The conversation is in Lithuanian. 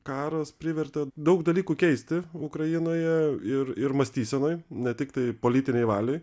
karas privertė daug dalykų keisti ukrainoje ir ir mąstysenoj ne tiktai politinėj valioj